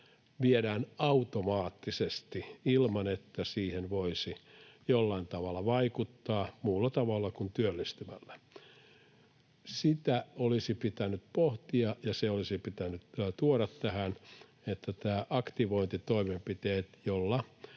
viedään läpi automaattisesti, ilman että siihen voisi jollain tavalla vaikuttaa muulla tavalla kuin työllistymällä. Sitä olisi pitänyt pohtia, ja tähän olisi pitänyt tuoda aktivointitoimenpiteet, joilla